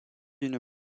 une